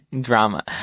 drama